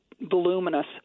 voluminous